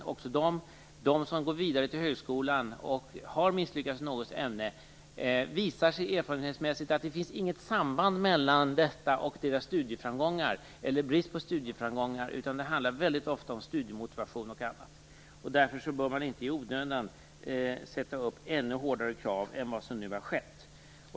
Erfarenheten har visat att det inte är så att de som går vidare till högskolan och har misslyckats i något ämne i högre grad än andra har bristande studieframgångar, utan det handlar väldigt ofta om studiemotivation och annat. Därför bör man inte i onödan sätta upp ännu hårdare krav än de nuvarande.